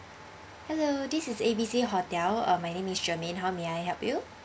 hello this is A_B_C hotel uh my name is germane how may I help you